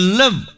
live